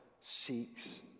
seeks